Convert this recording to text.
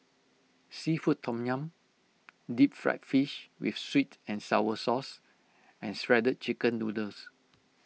Seafood Tom Yum Deep Fried Fish with Sweet and Sour Sauce and Shredded Chicken Noodles